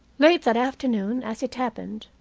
late that afternoon, as it happened,